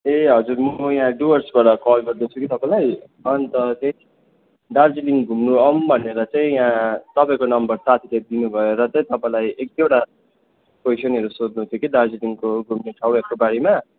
ए हजुर म यहाँ डुवर्सबाट कल गर्दैछु कि तपाईँलाई अन्त चाहिँ दार्जिलिङ घुम्नु आउँ भनेर चाहिँ यहाँ तपाईँको नम्बर साथीले दिनुभयो र चाहिँ तपाईँलाई एक दुईवटा कोइसनहरू सोध्नु थियो कि तपाईँलाई दार्जिलिङको घुम्ने ठाउँहरूको बारेमा